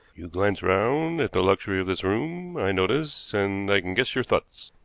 you glance round at the luxury of this room, i notice, and i can guess your thoughts.